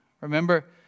Remember